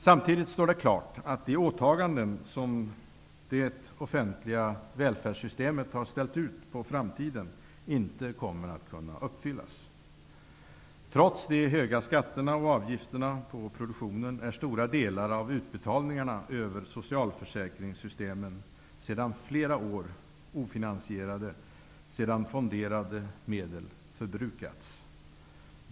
Samtidigt står det klart att de åtaganden som det offentliga välfärdssystemet har ställt ut på framtiden inte kommer att kunna fullgöras. Trots de höga skatterna och avgifterna på produktionen har en stor del av utbetalningarna över socialförsäkringssystemen i flera år varit ofinansierad sedan fonderade medel förbrukats.